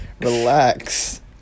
relax